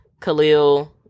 khalil